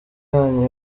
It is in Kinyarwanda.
yanyu